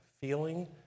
feeling